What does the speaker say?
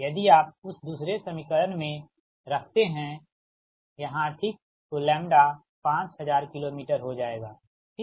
यदि आप उस दूसरे समीकरण में रखते हैं यहाँ ठीक तो लैम्ब्डा 5000 किलो मीटर हो जाएगा ठीक